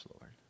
Lord